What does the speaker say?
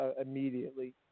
immediately